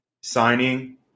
signing